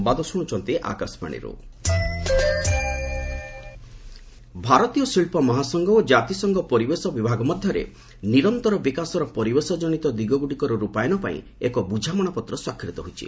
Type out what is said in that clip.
CII UN ଭାରତୀୟ ଶିଳ୍ପ ମହାସଂଘ ଓ ଜାତିସଂଘ ପରିବେଶ ବିଭାଗ ମଧ୍ୟରେ ନିରନ୍ତର ବିକାଶର ପରିବେଶ କନିତ ଦିଗଗୁଡ଼ିକର ରୂପାୟନ ପାଇଁ ଏକ ବୁଝାମଣାପତ୍ର ସ୍ୱାକ୍ଷରିତ ହୋଇଛି